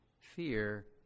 fear